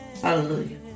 Hallelujah